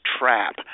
trap